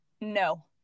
no